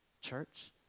church